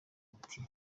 ati